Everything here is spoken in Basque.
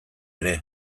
ere